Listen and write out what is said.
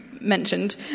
mentioned